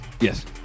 Yes